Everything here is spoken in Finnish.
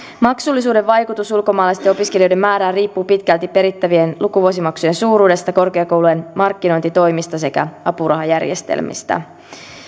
maksullisuuden vaikutus ulkomaalaisten opiskelijoiden määrään riippuu pitkälti perittävien lukuvuosimaksujen suuruudesta korkeakoulujen markkinointitoimista sekä apurahajärjestelmistä